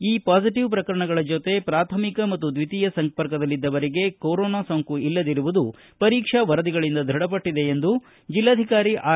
ಈ ಪಾಸಿಟವ್ ಪ್ರಕರಣಗಳ ಜೊತೆ ಪ್ರಾಥಮಿಕ ಮತ್ತು ದ್ವಿತೀಯ ಸಂಪರ್ಕದಲ್ಲಿದ್ದವರಿಗೆ ಕೊರೊನಾ ಸೋಂಕು ಇಲ್ಲದಿರುವುದು ಪರೀಕ್ಷಾ ವರದಿಗಳಿಂದ ದೃಢಪಟ್ಟದೆ ಎಂದು ಜಿಲ್ಲಾಧಿಕಾರಿ ಆರ್